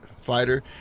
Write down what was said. fighter